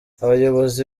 abayobozi